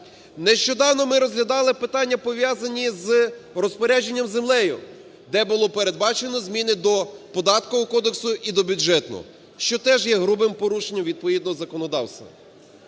Нещодавно ми розглядали питання пов'язані з розпорядженням землею, де було передбачено зміни до Податкового кодексу і до Бюджетного, що теж є грубим порушення відповідного законодавства.